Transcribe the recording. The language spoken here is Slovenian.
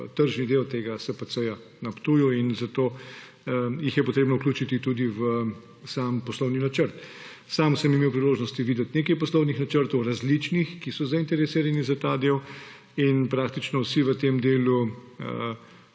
tržni del SPC na Ptuju in zato jih je potrebno vključiti v sam poslovni načrt. Sam sem imel priložnost videti nekaj različnih poslovnih načrtov, ki so zainteresirani za ta del, in praktično vsi v tem delu